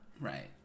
Right